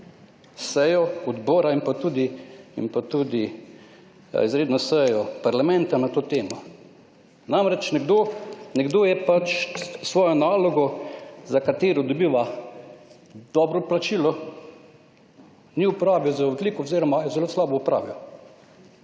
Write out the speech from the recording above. pa tudi, in pa tudi izredno sejo parlamenta na to temo. Namreč, nekdo, nekdo je pač svojo nalogo, za katero dobiva dobro plačilo, ni opravil z odliko oziroma jo je zelo slabo opravil.